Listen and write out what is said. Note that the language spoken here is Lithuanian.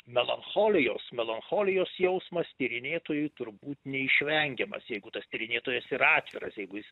melancholijos melancholijos jausmas tyrinėtojų turbūt neišvengiamas jeigu tas tyrinėtojas yra atviras jeigu jis